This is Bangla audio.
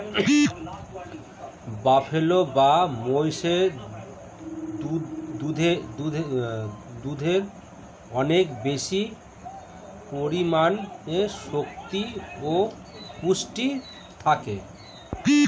বাফেলো বা মহিষের দুধে অনেক বেশি পরিমাণে শক্তি ও পুষ্টি থাকে